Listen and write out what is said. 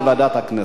לוועדת הכנסת.